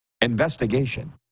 investigation